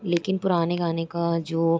लेकिन पुराने गाने का जो